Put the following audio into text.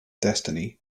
destiny